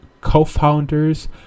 co-founders